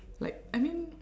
like I mean